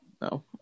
No